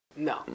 No